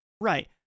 Right